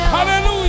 Hallelujah